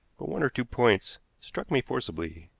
but one or two points struck me forcibly.